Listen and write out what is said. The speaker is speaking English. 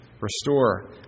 Restore